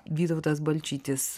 vytautas balčytis